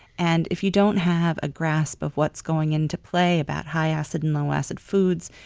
and if you don't have a grasp of what's going into play about high acid and low acid foods,